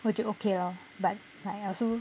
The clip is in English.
我就 okay lor but like also